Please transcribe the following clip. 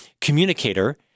communicator